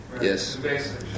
Yes